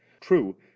true